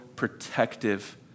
Protective